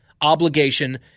obligation